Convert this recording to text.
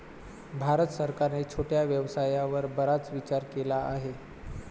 भारत सरकारने छोट्या व्यवसायावर बराच विचार केला आहे